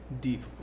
deep